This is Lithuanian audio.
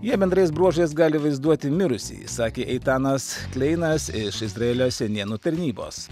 jie bendrais bruožais gali vaizduoti mirusįjį sakė eitanas kleinas iš izraelio senienų tarnybos